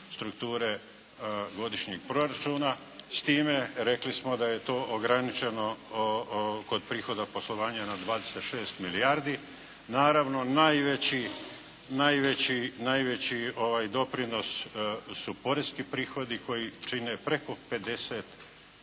strukture godišnjeg proračuna s time rekli smo da je to ograničeno kod prihoda poslovanja na 26 milijardi. Naravno najveći, najveći doprinos su poreski prihodi koji čine preko 57%.